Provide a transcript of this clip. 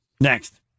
Next